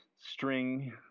string